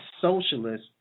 socialist